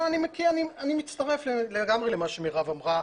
לא, אני מצטרף לגמרי למה שמרב אמרה,